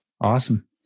Awesome